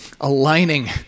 aligning